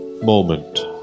moment